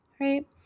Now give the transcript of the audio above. right